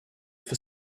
for